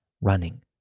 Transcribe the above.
running